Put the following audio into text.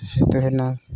ᱛᱟᱦᱮᱱᱟ